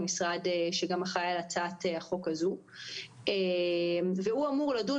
המשרד שגם אחראי להצעת החוק הזו והוא אמור לדון